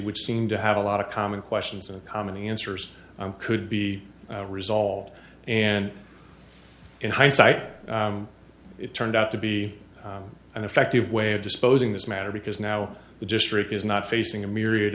which seemed to have a lot of common questions and common the answers could be resolved and in hindsight it turned out to be an effective way of disposing this matter because now the district is not facing a myriad